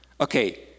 Okay